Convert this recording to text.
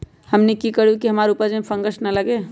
हमनी की करू की हमार उपज में फंगस ना लगे?